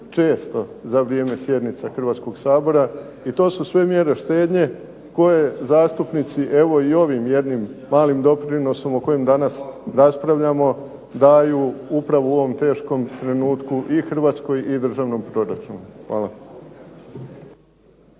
često za vrijeme sjednica Hrvatskog sabora, i to su sve mjere štednje koje zastupnici evo i ovim jednim malim doprinosom o kojem danas raspravljamo daju upravo u ovom teškom trenutku i Hrvatskoj i državnom proračunu. Hvala.